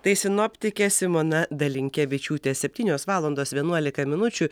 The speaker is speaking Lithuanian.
tai sinoptikė simona dalinkevičiūtė septynios valandos vienuolika minučių